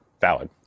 valid